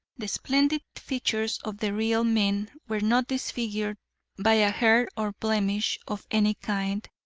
the splendid features of the real men were not disfigured by a hair or blemish of any kind,